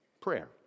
Prayer